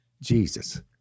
Jesus